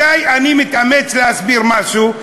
מתי אני מתאמץ להסביר משהו?